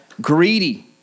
greedy